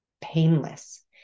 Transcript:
painless